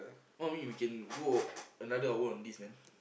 what I mean we can go another hour on this man